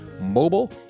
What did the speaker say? mobile